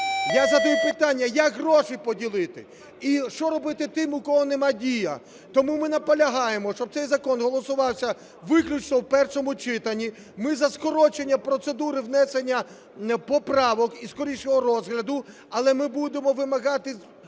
Я задаю питання: як гроші поділити і що робити тим, у кого нема Дії? Тому ми наполягаємо, щоб цей закон голосувався виключно в першому читанні. Ми за скорочення процедури внесення поправок і скорішого розгляду, але ми будемо вимагати